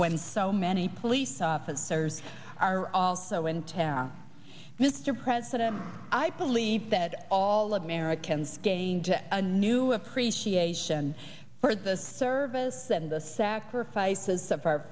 when so many police officers are also in town mr president i believe that all americans gained a new appreciation for the service and the sacrifices